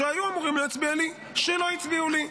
שהיו אמורים להצביע לי שלא הצביעו לי.